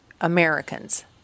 Americans